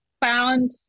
found